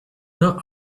not